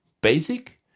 basic